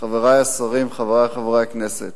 חברי השרים, חברי חברי הכנסת,